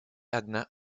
одна